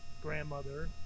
grandmother